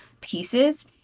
pieces